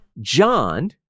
John